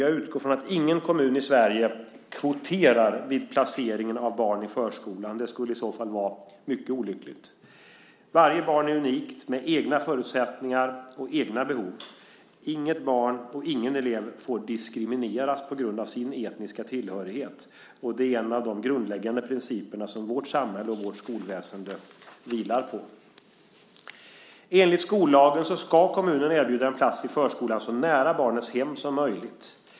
Jag utgår ifrån att ingen kommun i Sverige kvoterar vid placeringen av barn i förskolan, det skulle i så fall vara mycket olyckligt. Varje barn är unikt, med egna förutsättningar och egna behov. Inget barn, och ingen elev, får diskrimineras på grund av sin etniska tillhörighet. Det är en av de grundläggande principerna som vårt samhälle och vårt skolväsende vilar på. Enligt skollagen ska kommunen erbjuda en plats i förskolan så nära barnets hem som möjligt.